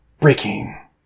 Breaking